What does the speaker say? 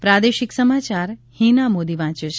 પ્રાદેશિક સમાચાર હિના મોદી વાંચે છે